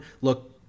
look